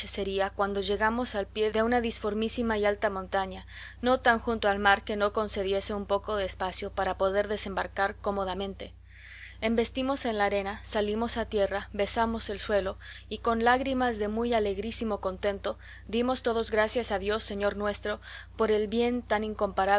sería cuando llegamos al pie de una disformísima y alta montaña no tan junto al mar que no concediese un poco de espacio para poder desembarcar cómodamente embestimos en la arena salimos a tierra besamos el suelo y con lágrimas de muy alegrísimo contento dimos todos gracias a dios señor nuestro por el bien